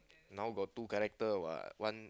now got two character what one